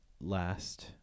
last